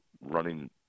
running